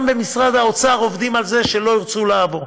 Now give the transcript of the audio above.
גם במשרד האוצר עובדים על זה שלא ירצו לעבור.